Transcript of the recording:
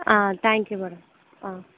ah thank you madam ah